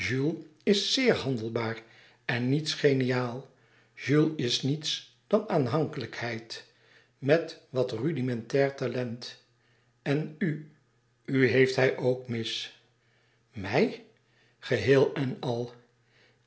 is zeer handelbaar en niets geniaal jules is niets dan aanhankelijkheid met wat rudimentair talent en u u heeft hij ook mis mij geheel en al